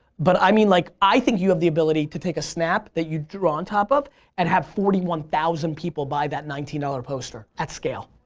but i mean like i think you have the ability to take a snap that you draw on top of and have forty one thousand people buy that nineteen dollars poster at scale.